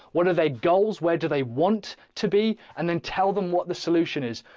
what are they goals, where do they want to be? and then tell them what the solution is.